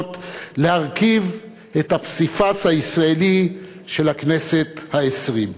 להרכיב את הפסיפס הישראלי של הכנסת העשרים.